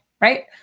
right